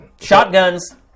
Shotguns